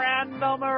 Random